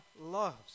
loves